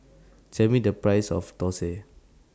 Tell Me The Price of Dosa